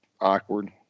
awkward